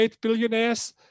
billionaires